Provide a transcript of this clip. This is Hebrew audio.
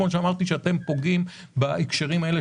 וכפי שאמרתי אתם פוגעים בהקשרים האלה,